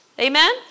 Amen